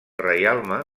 reialme